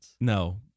No